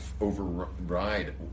override